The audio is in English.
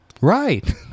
Right